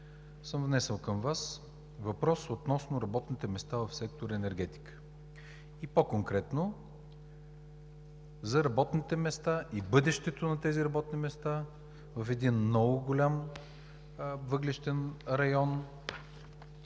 съм внесъл към Вас въпрос относно работните места в сектор „Енергетика“. И по-конкретно: за работните места и бъдещето на тези работни места в един много голям въглищен район